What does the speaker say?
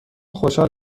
خوشحال